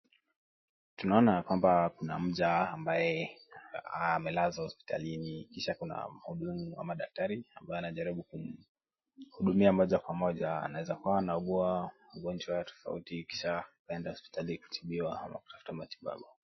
Tunaona ya kwamba kuna mja ambaye amelazwa hospitalini kisha kuna mhudumu ama daktari ambaye anajaribu kumhudumia moja kwa moja anaweza kuwa anaugua ugonjwa tofauti kisha akaenda hospitali kutafuta matibabu.